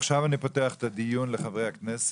עכשיו אני פותח את הדיון לחברי הכנסת.